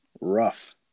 rough